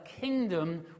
kingdom